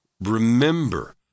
remember